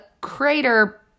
crater